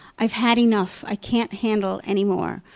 i've had enough. i can't handle any more.